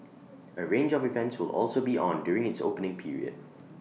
A range of events will also be on during its opening period